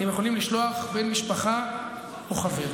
אתם יכולים לשלוח בן משפחה או חבר.